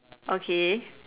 okay